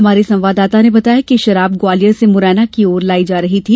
हमारे संवाददाता ने बताया है कि शराब ग्वालियर से मुरैना की और लाई जा रही थी